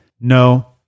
no